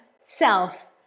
self